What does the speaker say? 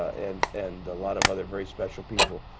and and a lot of other very special people.